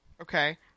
Okay